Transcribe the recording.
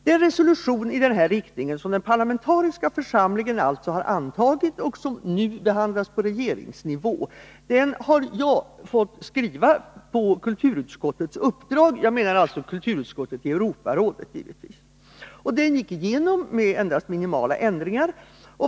Den resolution i denna riktning, som den parlamentariska församlingen alltså har antagit och som nu behandlas på regeringsnivå, har jag fått skriva på uppdrag av kulturutskottet i Europarådet. Den gick igenom med endast minimala ändringar.